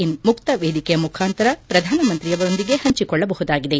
ಇನ್ ಮುಕ್ತ ವೇದಿಕೆಯ ಮುಖಾಂತರ ಪ್ರಧಾನ ಮಂತ್ರಿಯವರೊಂದಿಗೆ ಪಂಚಿಕೊಳ್ಳಬಹುದಾಗಿದೆ